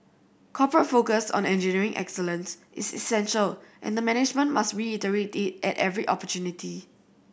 corporate focus on engineering excellent is essential and the management must reiterate it at every opportunity